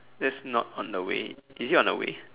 that's not on the way is it on the way